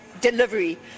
delivery